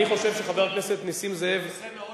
אני חושב שחבר הכנסת נסים זאב, זה נושא מאוד